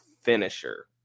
finisher